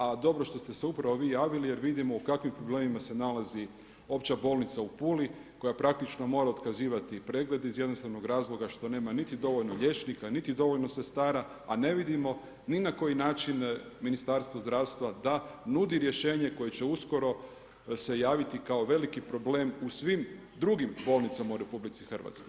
A dobro što ste se upravo vi javili jer vidimo u kakvim problemima se nalazi Opća bolnica u Puli koja praktično mora otkazivati preglede iz jednostavnog razloga što nema niti dovoljno liječnika niti dovoljno sredstava, a ne vidimo ni na koji način Ministarstvo zdravstva da nudi rješenje koje će se uskoro javiti kao veliki problem u svim drugim bolnicama u RH.